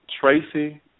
Tracy